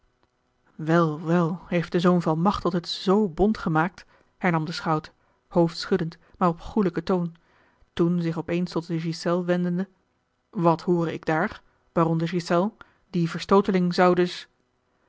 wel wel heeft de zoon van machteld het z bont gemaakt hernam de schout hoofdschuddend maar op goelijken toon toen zich op eens tot de ghiselles wendende wat hoor ik daar baron de ghiselles die verstooteling zou dus